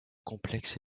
complexe